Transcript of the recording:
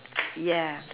yeah